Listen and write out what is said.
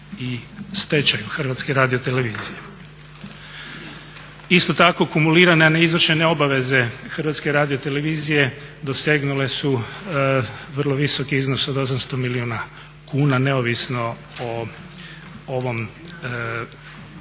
i stečaju Hrvatske radio televizije. Isto tako kumulirane neizvršene obaveze Hrvatske radiotelevizije dosegnule su vrlo visoki iznos od 800 milijuna kuna neovisno o ovom